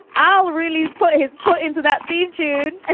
i'll really put his foot into that beat, dude. and